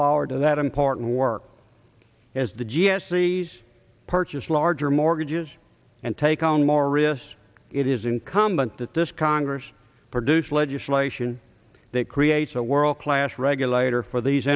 forward to that important work as the g s sees purchase larger mortgages and take on more risks it is incumbent that this congress produce legislation that creates a world class regulator for these